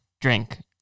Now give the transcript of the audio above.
drink